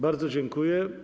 Bardzo dziękuję.